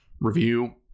review